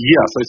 Yes